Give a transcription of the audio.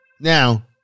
Now